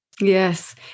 Yes